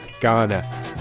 Ghana